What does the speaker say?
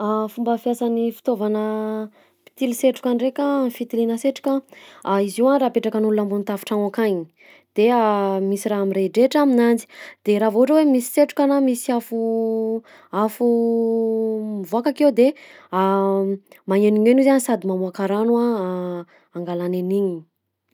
Fomba fiasan'ny fitaovana mpitily setroka ndraika am'fitiliana setroka: izy io a raha apetrakan'olona ambony tafon-tragno akagny, de misy raha mirehidrehitra aminanjy de raha vao ohatra hoe misy setroka na misy afo afo mivoaka akeo de magnenoneno izy a sady mamoaka rano a angalany an'igny.